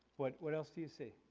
what what else do you see?